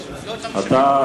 אתה,